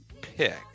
pick